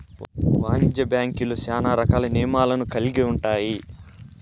వాణిజ్య బ్యాంక్యులు శ్యానా రకాల నియమాలను కల్గి ఉంటాయి